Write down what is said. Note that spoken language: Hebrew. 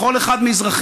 לכל אחד מאזרחיה.